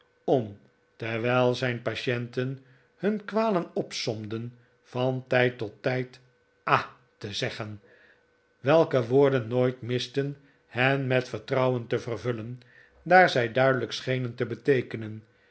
om terwijl zijn patienten hun kwaleh opsomden van tijd tot tijd ah te zeggen welke woorden nooit misten hen met vertrouwen te vervullen daar zij duidelijk schenen te beteekenen